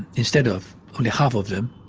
instead of only half of them,